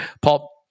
Paul